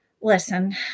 listen